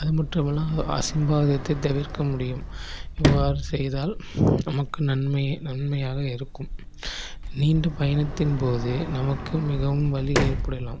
அது மட்டும் இல்லா அசம்பாவிதத்தை தவிர்க்க முடியும் இவ்வாறு செய்தால் நமக்கு நம்மை நன்மையாக இருக்கும் நீண்ட பயணத்தின் போது நமக்கு மிகவும் வலி ஏற்படலாம்